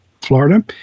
florida